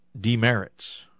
demerits